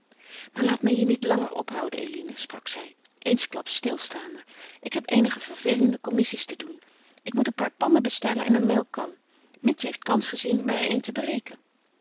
maar laat mij je niet langer ophouden eline sprak zij eensklaps stilstaande ik heb eenige vervelende commissies te doen ik moet een paar pannen bestellen en een melkkan mietje heeft kans gezien me er een te breken